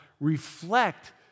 reflect